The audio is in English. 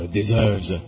deserves